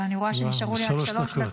אבל אני רואה שנשארו לי רק שלוש דקות.